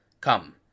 Come